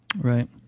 Right